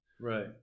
Right